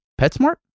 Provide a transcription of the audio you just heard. PetSmart